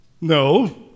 No